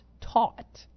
taught